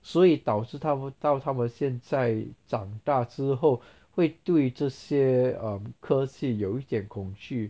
所以导致他不到他们现在长大之后会对这些 um 科技有一点恐惧